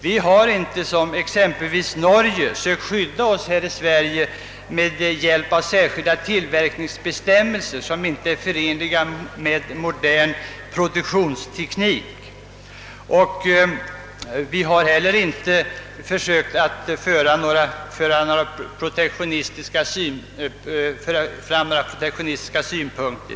Vi har inte som exempelvis Norge sökt skydda oss med hjälp av särskilda tillverkningsbestämmelser som inte är förenliga med modern produktionsteknik. Vi har inte heller försökt att föra fram några protektionis tiska synpunkter.